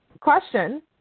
question